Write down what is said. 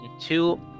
two